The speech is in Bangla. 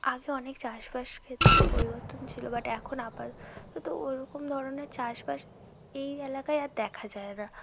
আগে অনেক চাষবাস ক্ষেত্র পরিবর্তন ছিলো বাট এখন আপাতত ওরকম ধরনের চাষবাস এই এলাকায় আর দেখা যায় না